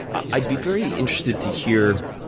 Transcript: i'd be very interested to hear,